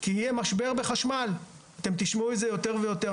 כי יהיה משבר בחשמל, אתם תשמעו את זה יותר ויותר.